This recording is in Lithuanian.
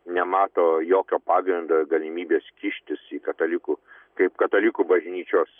nemato jokio pagrindo ir galimybės kištis į katalikų kaip katalikų bažnyčios